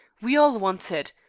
we all want it.